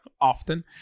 often